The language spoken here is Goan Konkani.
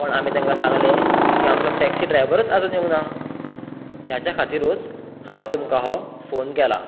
पूण आमी तांकां सांगले की आमचो टॅक्सी ड्रायवरूच आजून येवना हेच्या खातिरूच हांवें तुमकां हो फोन केला